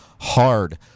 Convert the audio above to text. hard